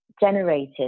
generated